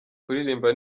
kuririmba